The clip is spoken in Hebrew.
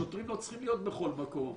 שוטרים לא צריכים להיות בכל מקום.